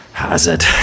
Hazard